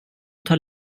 tar